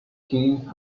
king